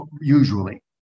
usually